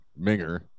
Minger